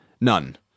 none